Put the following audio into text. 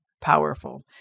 powerful